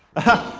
and